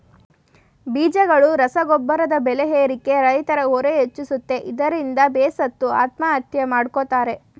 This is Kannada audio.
ಬೀಜಗಳು ರಸಗೊಬ್ರದ್ ಬೆಲೆ ಏರಿಕೆ ರೈತ್ರ ಹೊರೆ ಹೆಚ್ಚಿಸುತ್ತೆ ಇದ್ರಿಂದ ಬೇಸತ್ತು ಆತ್ಮಹತ್ಯೆ ಮಾಡ್ಕೋತಾರೆ